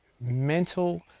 mental